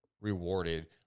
rewarded